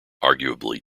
arguably